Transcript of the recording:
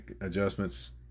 adjustments